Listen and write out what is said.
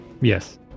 Yes